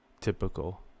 typical